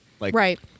Right